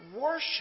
worship